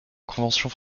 convention